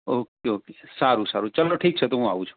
okay okay સારું તો ઠીક છે હું આઉ છું